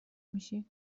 میشی